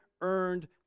earned